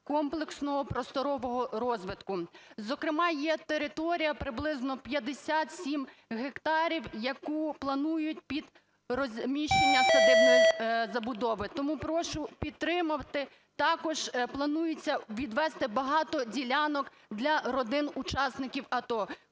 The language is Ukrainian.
комплексного просторового розвитку. Зокрема, є територія приблизно 57 гектарів, яку планують під розміщення садибної забудови. Тому прошу підтримати. Також планується відвести багато ділянок для родин учасників АТО.